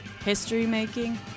history-making